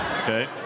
Okay